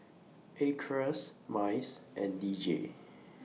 Acres Mice and D J